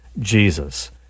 Jesus